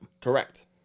Correct